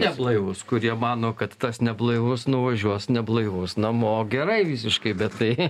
neblaivūs kurie mano kad tas neblaivus nuvažiuos neblaivus namo gerai visiškai bet tai